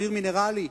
אוויר מינרלי,